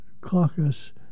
caucus